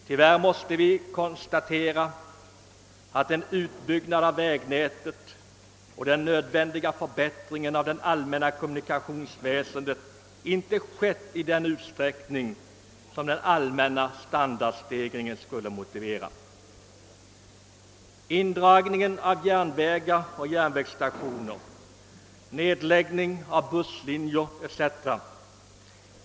Tyvärr måste vi konstatera, att en uppbyggnad av vägnätet och den nödvändiga förbättringen av det allmänna kommunikationsväsendet inte ägt rum i den utsträckning som den allmänna standardstegringen motiverat. Indragningen av järnvägar och järnvägsstationer, nedläggningen av busslinjer etc.